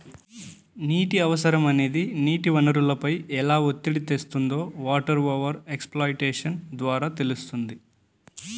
నీటి అవసరం అనేది నీటి వనరులపై ఎలా ఒత్తిడి తెస్తుందో వాటర్ ఓవర్ ఎక్స్ప్లాయిటేషన్ ద్వారా తెలుస్తుంది